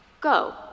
go